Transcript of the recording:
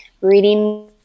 reading